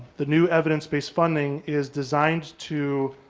the new evidence-based funding is designed to